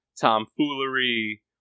Tomfoolery